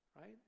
Right